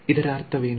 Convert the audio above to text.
ಇದರ ಅರ್ಥವೇನು